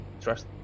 trust